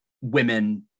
women